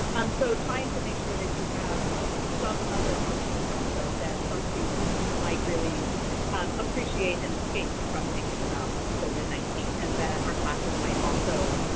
um so trying to make sure that you have some other options also that some students might really um appreciate an escape from thinking about covid nineteen and that our classes might also